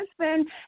husband